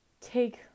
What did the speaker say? take